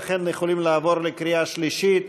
ולכן יכולים לעבור לקריאה שלישית.